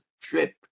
trip